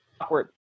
awkward